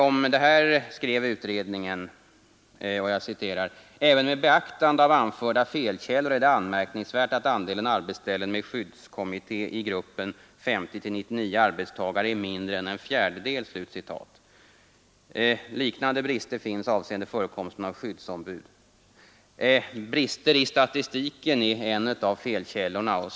Om detta skrev utredningen: ”Även med beaktande av anförda felkällor är det anmärkningsvärt att andelen arbetsställen med skyddskommitté i gruppen 50—99 arbetstagare är mindre än en fjärdedel.” Liknande brister finns avseende förekomsten av skyddsombud. Brister i statistiken är en av felkällorna.